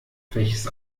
welches